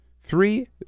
three